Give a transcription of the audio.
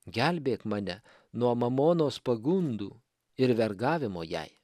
gelbėk mane nuo mamonos pagundų ir vergavimo jai